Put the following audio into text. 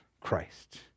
Christ